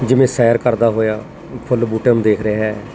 ਜਿਵੇਂ ਸੈਰ ਕਰਦਾ ਹੋਇਆ ਫੁੱਲ ਬੂਟਿਆਂ ਨੂੰ ਦੇਖ ਰਿਹਾ